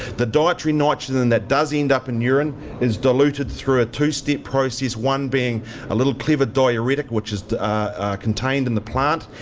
the dietary nitrogen that does end up in urine is diluted through a two-step process. one being a little clever diuretic which is contained in the plant,